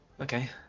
Okay